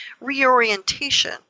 reorientation